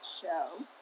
show